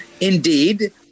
Indeed